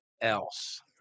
else